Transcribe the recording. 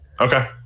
Okay